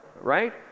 right